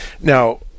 now